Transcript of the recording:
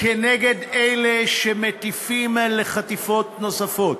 כנגד אלה שמטיפים לחטיפות נוספות.